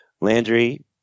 Landry